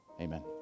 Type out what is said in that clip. Amen